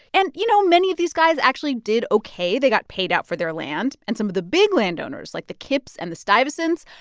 and, you know, many of these guys actually did ok. they got paid out for their land. and some of the big landowners, like the kips and the stuyvesants,